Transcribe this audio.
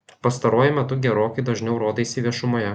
pastaruoju metu gerokai dažniau rodaisi viešumoje